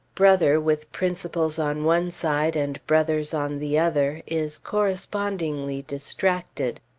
brother, with principles on one side and brothers on the other, is correspondingly distracted.